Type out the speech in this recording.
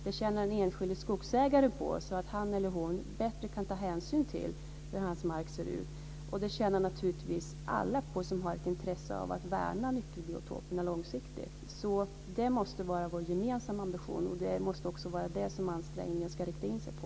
Det tjänar den enskilda skogsägaren på eftersom han eller hon bättre kan ta hänsyn till hur marken ser ut. Och det tjänar alla på som har ett intresse av att värna nyckelbiotoperna långsiktigt. Detta är vår gemensamma ambition och det är också detta som ansträngningarna ska rikta in sig på.